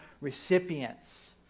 recipients